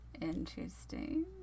interesting